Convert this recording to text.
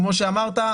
כמו שאמרת,